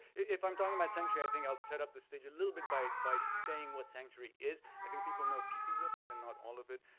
if i'm talking about sanctuary, i think i'll set up the stage a little bit by by saying what sanctuary is. i think people know pieces of it and not all of it.